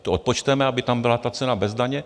To odpočteme, aby tam byla ta cena bez daně.